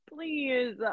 Please